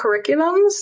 curriculums